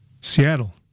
Seattle